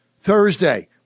Thursday